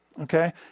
okay